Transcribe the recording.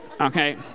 Okay